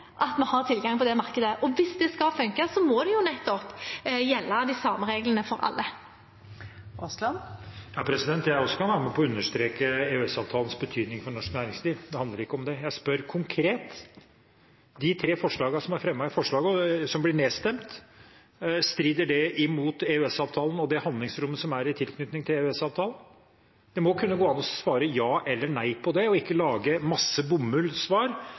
at vi har tilgang på det markedet, og hvis det skal fungere, må de samme reglene gjelde for alle. Jeg kan også være med på å understreke EØS-avtalens betydning for norsk næringsliv. Det handler ikke om det. Jeg spør konkret: De tre forslagene som er fremmet, og som blir nedstemt, strider de mot EØS-avtalen og det handlingsrommet som er i tilknytning til EØS-avtalen? Det må kunne gå an å svare ja eller nei på det og ikke lage en masse